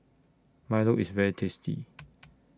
Milo IS very tasty